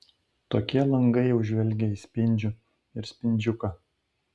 tokie langai jau žvelgia į spindžių ir spindžiuką